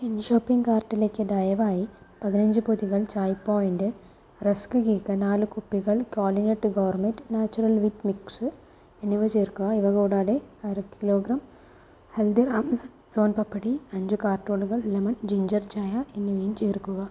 എന്റെ ഷോപ്പിംഗ് കാർട്ടിലേക്ക് ദയവായി പതിനഞ്ച് പൊതികൾ ചായ് പോയിൻറ്റ് റസ്ക് കേക്ക് നാല് കുപ്പികൾ Qualinut gourmet natural wheat mix എന്നിവ ചേർക്കുക ഇവ കൂടാതെ അര കിലോഗ്രാം ഹൽദിറാംസ് സോൻ പാപ്ഡി അഞ്ച് കാർട്ടൂണുകൾ ലെമൺ ജിഞ്ചർ ചായ എന്നിവയും ചേർക്കുക